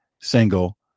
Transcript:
single